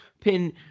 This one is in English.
pin